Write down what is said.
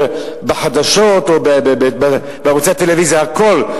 בחדשות או בערוצי הטלוויזיה אלא בכול,